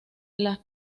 las